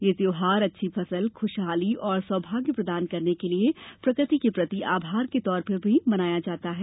यह त्यौहार अच्छी फसल खुशहाली और सौभाग्य प्रदान करने के लिए प्रकृति के प्रति आभार के तौर पर भी मनाया जाता है